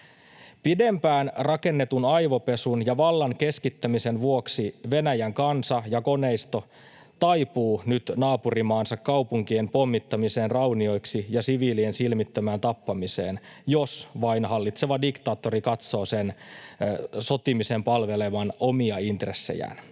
Pidempään rakennetun aivopesun ja vallan keskittämisen vuoksi Venäjän kansa ja koneisto taipuvat nyt naapurimaansa kaupunkien pommittamiseen raunioiksi ja siviilien silmittömään tappamiseen, jos vain hallitseva diktaattori katsoo sotimisen palvelevan omia intressejään.